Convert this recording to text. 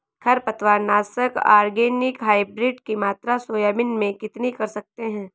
खरपतवार नाशक organic hybrid की मात्रा सोयाबीन में कितनी कर सकते हैं?